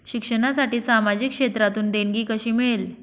शिक्षणासाठी सामाजिक क्षेत्रातून देणगी कशी मिळेल?